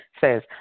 says